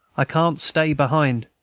i can't stay behind!